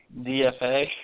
DFA